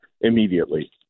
immediately